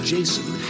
Jason